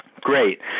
great